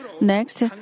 Next